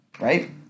Right